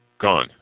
gone